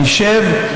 נשב,